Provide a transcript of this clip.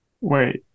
Wait